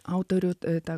autorių ta